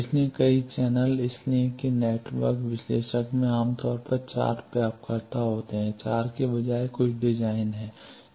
इसलिए कई चैनल इसलिए कि नेटवर्क विश्लेषक में आम तौर पर 4 प्राप्तकर्ता होते हैं 4 के बजाय कुछ डिज़ाइन हैं